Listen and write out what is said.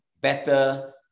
better